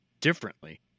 differently